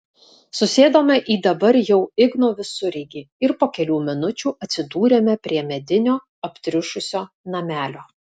susėdome į dabar jau igno visureigį ir po kelių minučių atsidūrėme prie medinio aptriušusio namelio